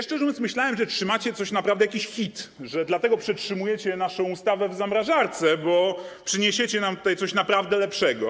Szczerze mówiąc, myślałem, że trzymacie coś naprawdę dużego, jakiś hit, że dlatego przetrzymujecie naszą ustawę w zamrażarce, bo przyniesiecie nam tutaj coś naprawdę lepszego.